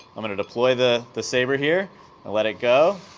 i'm gonna deploy the the saber here and let it go